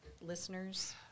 listeners